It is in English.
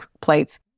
plates